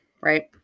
right